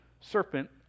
serpent